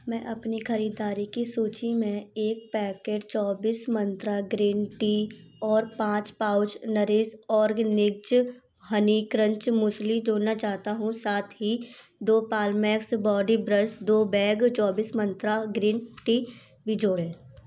मैं अपनी खरीदारी की सूची में एक पैकेट चौबिस मंत्रा ग्रीन टी और पाँच pouch nourish organics honey crunch muesli जोड़ना चाहता हूँ साथ ही दो पालमेक्स बॉडी दो ब्रश बैग चौबीस मंत्रा ग्रीन टी भी जोड़ें